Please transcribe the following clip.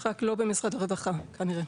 רק לא במשרד הרווחה כנראה.